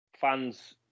fans